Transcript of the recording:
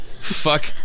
Fuck